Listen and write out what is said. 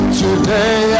today